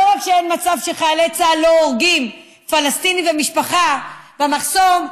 לא רק שאין מצב שחיילי צה"ל הורגים פלסטינים ומשפחה במחסום,